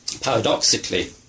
paradoxically